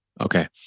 Okay